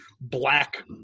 black